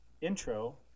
intro